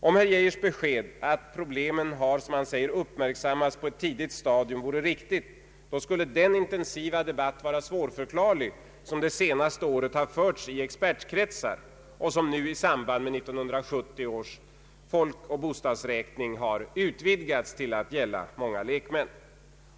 Om herr Geijers besked att ”problemen har uppmärksammats på ett tidigt stadium” vore riktigt skulle den intensiva debatt vara svårförklarlig som det senaste året förts i expertkretsar och som nu i samband med 1970 års folkoch bostadsräkning har utvidgats till att gälla många lekmän.